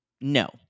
No